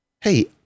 Hey